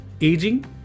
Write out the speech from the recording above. aging